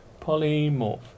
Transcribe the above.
polymorph